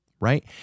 right